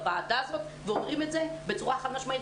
בוועדה הזאת ואומרים את זה בצורה חד משמעית.